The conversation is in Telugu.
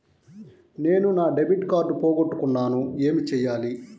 నేను నా డెబిట్ కార్డ్ పోగొట్టుకున్నాను ఏమి చేయాలి?